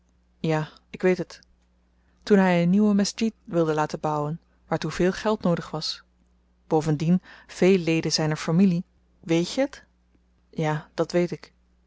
ja ik weet het toen hy een nieuwe medsjid wilde laten bouwen waartoe veel geld noodig was bovendien veel leden zyner familie weet je t ja dat weet ik